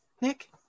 Nick